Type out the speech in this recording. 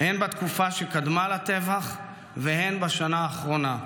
הן בתקופה שקדמה לטבח והן בשנה האחרונה.